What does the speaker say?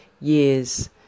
years